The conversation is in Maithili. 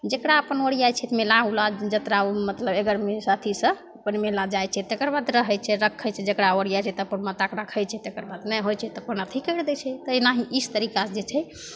जकरा अपन ओरिआइ छै मेला उला जतरा ओ मतलब अगरमे अथी से अपन मेला जाइ छै तकर बाद अपन रहै छै रखै छै जकरा ओरिआइ छै तब अपन माताके रखै छै तकर बाद अपन नहि होइ छै तऽ अथी करि दै छै तऽ एनाहि इस तरीकासे जे छै